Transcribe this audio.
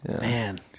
Man